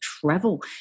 travel